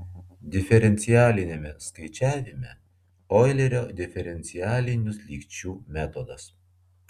diferencialiniame skaičiavime oilerio diferencialinių lygčių metodas